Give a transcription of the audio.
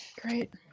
Great